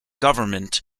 government